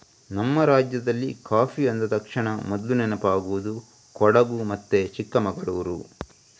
ನಮ್ಮ ರಾಜ್ಯದಲ್ಲಿ ಕಾಫಿ ಅಂದ ತಕ್ಷಣ ಮೊದ್ಲು ನೆನಪಾಗುದು ಕೊಡಗು ಮತ್ತೆ ಚಿಕ್ಕಮಂಗಳೂರು